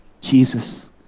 Jesus